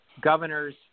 governors